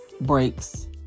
breaks